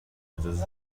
اجازه